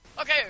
Okay